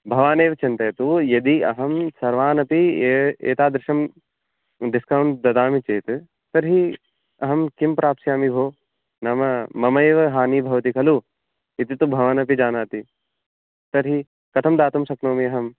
भवानेव चिन्तयतु यदि अहं सर्वानपि ए एतादृशं डिस्कौण्ट् ददामि चेत् तर्हि अहं किं प्राप्स्यामि भोः नाम मम एव हानिः भवति खलु इति तु भवानपि जानाति तर्हि कथं दातुं शक्नोमि अहं